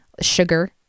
Sugar